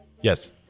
Yes